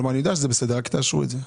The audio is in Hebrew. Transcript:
כלומר, אני יודע שזה בסדר, רק תאשרו את זה.